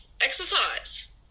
exercise